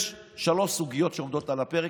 יש שלוש סוגיות שעומדות על הפרק,